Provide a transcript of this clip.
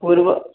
ପୂର୍ବ